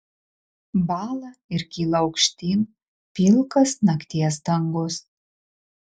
bąla ir kyla aukštyn pilkas nakties dangus